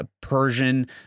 Persian